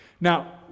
Now